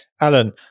Alan